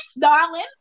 darling